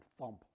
thump